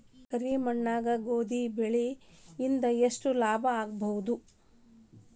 ಕರಿ ಮಣ್ಣಾಗ ಗೋಧಿ ಬೆಳಿ ಇಂದ ಎಷ್ಟ ಲಾಭ ಆಗಬಹುದ?